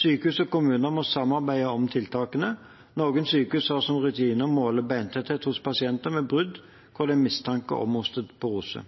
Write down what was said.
Sykehus og kommuner må samarbeide om tiltakene. Noen sykehus har som rutine å måle beintetthet hos pasienter med brudd hvor det er mistanke om osteoporose.